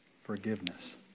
forgiveness